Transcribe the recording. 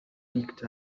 picked